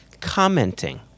commenting